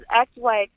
ex-wife